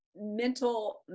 mental